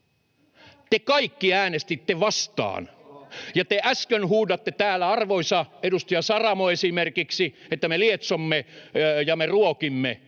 vasemmalta] Ja te äsken huusitte täällä, arvoisa edustaja Saramo esimerkiksi, että me lietsomme ja me ruokimme